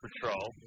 Patrol